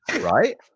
right